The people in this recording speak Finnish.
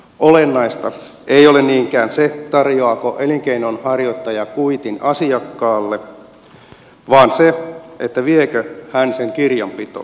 olennaista ei ole niinkään se tarjoaako elinkeinonharjoittaja kuitin asiakkaalle vaan se viekö hän sen kirjanpitoon